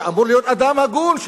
שאמור להיות אדם הגון,